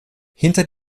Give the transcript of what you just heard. hinter